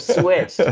switched so